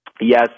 Yes